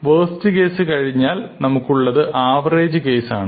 waste case കഴിഞ്ഞാൽ നമുക്കുള്ളത് average case ആണ്